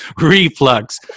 reflux